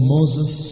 Moses